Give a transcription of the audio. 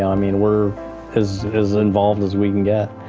i mean, we're as as involved as we can get.